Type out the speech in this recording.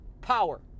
power